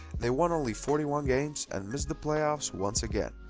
they won only forty one games and missed the playoffs once again.